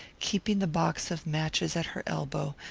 keeping the box of matches at her elbow,